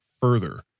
further